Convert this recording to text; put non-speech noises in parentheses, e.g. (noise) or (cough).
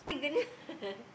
(laughs)